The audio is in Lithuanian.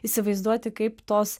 įsivaizduoti kaip tos